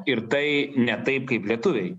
ir tai ne taip kaip lietuviai